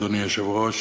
אדוני היושב-ראש,